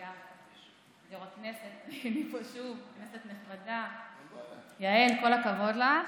יו"ר הכנסת, כנסת נכבדה, יעל, כל הכבוד לך.